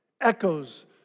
echoes